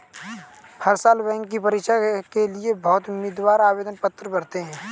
हर साल बैंक की परीक्षा के लिए बहुत उम्मीदवार आवेदन पत्र भरते हैं